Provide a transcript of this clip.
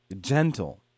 gentle